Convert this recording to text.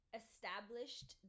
established